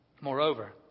Moreover